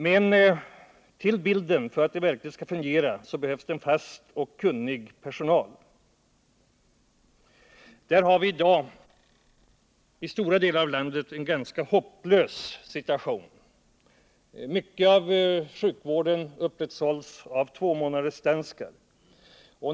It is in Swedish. För att det hela verkligen skall kunna fungera behövs det också en fast anställd, kunnig personal. I stora delar av landet är det härvidlag en ganska hopplös situation. En stor del av sjukvården sköts av tvåmånadersdanskar.